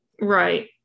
Right